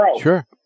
Sure